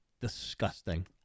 Disgusting